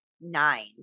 Nine